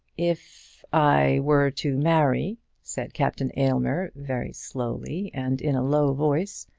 if i were to marry, said captain aylmer, very slowly and in a low voice,